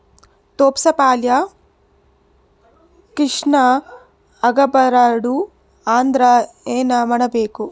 ತೊಪ್ಲಪಲ್ಯ ಕ್ಷೀಣ ಆಗಬಾರದು ಅಂದ್ರ ಏನ ಮಾಡಬೇಕು?